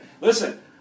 Listen